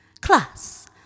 Class